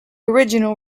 original